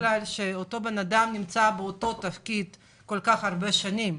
שאותו בן אדם נמצא באותו תפקיד כל כך הרבה שנים.